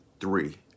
Three